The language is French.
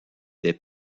des